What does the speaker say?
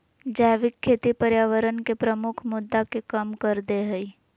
जैविक खेती पर्यावरण के प्रमुख मुद्दा के कम कर देय हइ